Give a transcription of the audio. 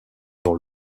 dans